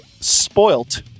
spoilt